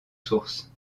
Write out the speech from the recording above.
sources